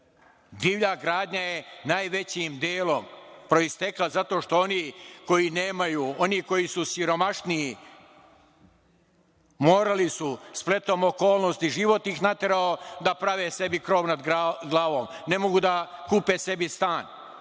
Divlja gradnja je najvećim delom proistekla zato što oni koji nemaju, oni koji su siromašniji, morali su, spletom okolnosti, život ih naterao da prave sebi krov nad glavom. Ne mogu da kupe sebi stan.